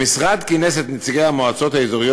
המשרד כינס את נציגי המועצות האזוריות